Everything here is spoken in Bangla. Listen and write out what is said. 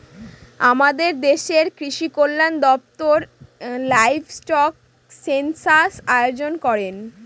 আমাদের দেশের কৃষিকল্যান দপ্তর লাইভস্টক সেনসাস আয়োজন করেন